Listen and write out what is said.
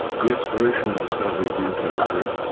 the exploration and discovery of new territory,